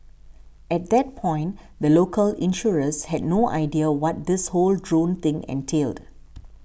at that point the local insurers had no idea what this whole drone thing entailed